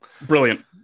Brilliant